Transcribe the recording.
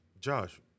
Josh